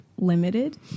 Limited